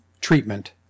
treatment